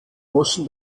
osten